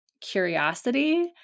curiosity